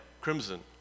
crimson